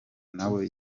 nawe